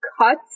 cuts